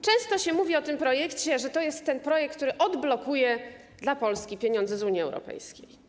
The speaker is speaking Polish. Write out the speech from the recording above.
Często się mówi o tym projekcie, że to jest ten projekt, który odblokuje dla Polski pieniądze z Unii Europejskiej.